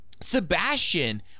Sebastian